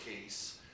case